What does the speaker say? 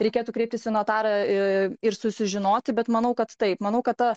reikėtų kreiptis į notarą ir sužinoti bet manau kad taip manau kad